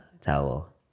Towel